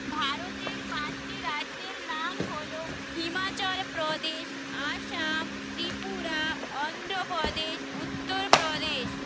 ভারতের পাঁচটি রাজ্যের নাম হল হিমাচল প্রদেশ আসাম ত্রিপুরা অন্ধ্র প্রদেশ উত্তর প্রদেশ